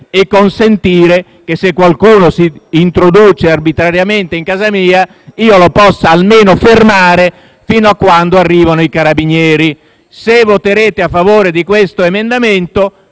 e consentire che se qualcuno si introduce arbitrariamente in casa mia io lo possa almeno fermare fino a quando non arrivino i carabinieri. Colleghi, se voterete a favore dell'emendamento